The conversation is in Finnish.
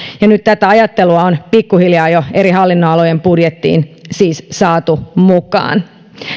ja nyt siis tätä ajattelua on pikkuhiljaa jo eri hallinnonalojen budjettiin saatu mukaan